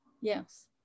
Yes